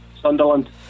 Sunderland